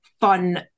fun